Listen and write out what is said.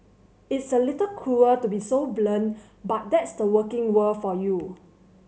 it's a little cruel to be so blunt but that's the working world for you